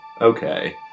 Okay